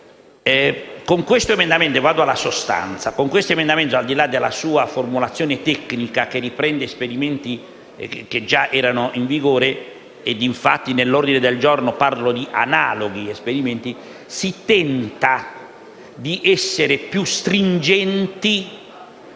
con questo emendamento, al di là della sua formulazione tecnica che riprende esperimenti che già erano in vigore (e infatti nell'ordine